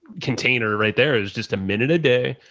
container right there. it was just a minute a day.